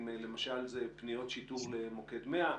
למשל אם אלה פניות שיטור למוקד 100,